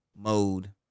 mode